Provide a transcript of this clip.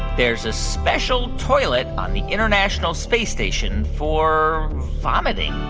there's a special toilet on the international space station for vomiting?